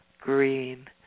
green